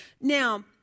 Now